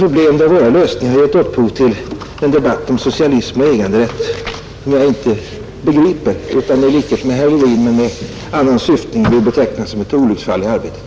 Att våra lösningar har gett upphov till en debatt om socialism och äganderätt vill jag beteckna som ett olycksfall i arbetet.